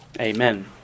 Amen